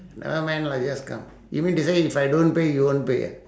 nevermind lah just come you mean to say if I don't pay you won't pay ah